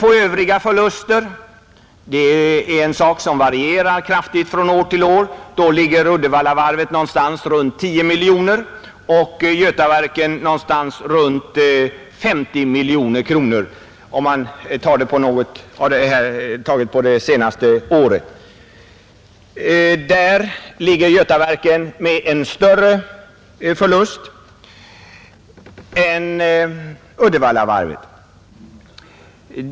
Övriga förluster varierar kraftigt från år till år. Uddevallavarvet ligger någonstans omkring 10 miljoner kronor och Götaverken någonstans omkring 50 miljoner kronor det senaste året. I detta avseende har Götaverken en större förlust än Uddevallavarvet.